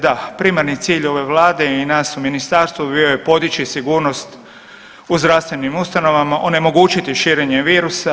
Da, primarni cilj ove Vlade i nas u Ministarstvu bio je podići sigurnost u zdravstvenim ustanovama, onemogućiti širenje virusa.